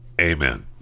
amen